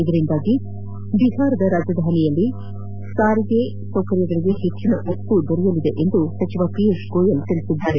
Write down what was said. ಇದರಿಂದಾಗಿ ಬಿಹಾರ ರಾಜಧಾನಿಯಲ್ಲಿ ಸಾರಿಗೆ ಸೌಕರ್ಯಗಳಿಗೆ ಹೆಚ್ಚಿನ ಒತ್ತು ಸಿಗಲಿದೆ ಎಂದು ಸಚಿವ ಪಿಯೂಷ್ ಗೋಯಲ್ ಹೇಳಿದ್ದಾರೆ